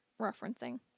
referencing